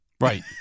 Right